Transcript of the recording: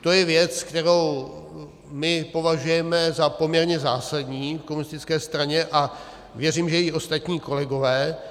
To je věc, kterou my považujeme za poměrně zásadní v komunistické straně, a věřím, že i ostatní kolegové.